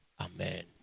Amen